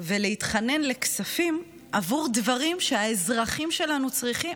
ולהתחנן לכספים עבור דברים שהאזרחים שלנו צריכים.